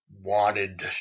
wanted